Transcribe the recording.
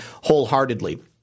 wholeheartedly